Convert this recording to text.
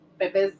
Pepe's